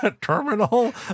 Terminal